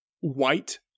white